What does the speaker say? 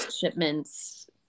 shipments